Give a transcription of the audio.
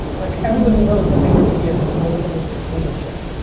like everybody knows that vaynermedia is a moldable dictatorship.